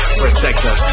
protector